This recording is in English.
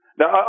now